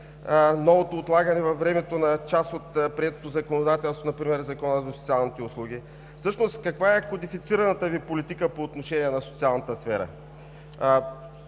ново отлагане във времето на част от приетото законодателство, например Закона за социалните услуги? Всъщност каква е кодифицираната Ви политика по отношение на социалната сфера?